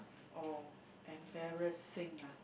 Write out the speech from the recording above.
oh embarrassing ah